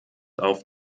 auf